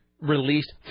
released